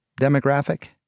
demographic